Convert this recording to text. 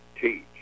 teach